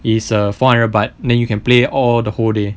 is err four hundred baht then you can play all the whole day